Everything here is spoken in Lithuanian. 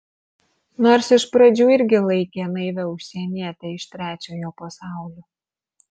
nors iš pradžių irgi laikė naivia užsieniete iš trečiojo pasaulio